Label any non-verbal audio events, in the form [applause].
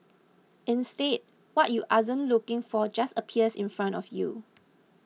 instead what you [unintelligible] looking for just appears in front of you